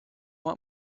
want